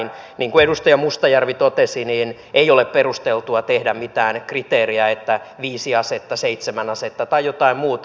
niin kuin edustaja mustajärvi totesi ei ole perusteltua tehdä mitään kriteeriä että viisi asetta seitsemän asetta tai jotain muuta